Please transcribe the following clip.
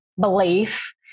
belief